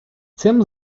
цим